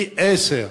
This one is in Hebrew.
פי-עשרה,